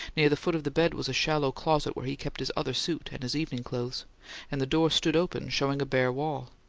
near the foot of the bed was a shallow closet where he kept his other suit and his evening clothes and the door stood open, showing a bare wall.